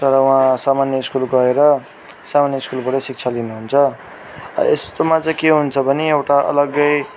तर उहाँ सामान्य स्कुल गएर सामान्य स्कुलबाटै शिक्षा लिनुहुन्छ यस्तोमा चाहिँ के हुन्छ भने एउटा अलग्गै